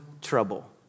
trouble